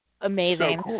amazing